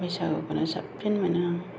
बैसागुखौनो साबसिन मोनो आं